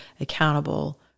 accountable